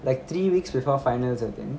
like three weeks before finals I think